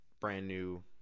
brand-new